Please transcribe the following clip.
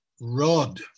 rod